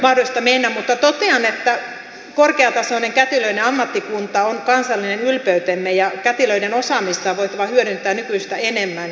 totean että korkeatasoinen kätilöiden ammattikunta on kansallinen ylpeytemme ja kätilöiden osaamista on voitava hyödyntää nykyistä enemmän